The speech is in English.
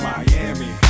Miami